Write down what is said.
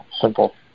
simple